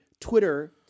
Twitter